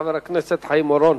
חבר הכנסת חיים אורון.